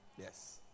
yes